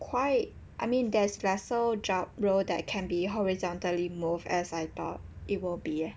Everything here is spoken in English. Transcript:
quite I mean there's lesser job role that can be horizontally moved as I thought it will be eh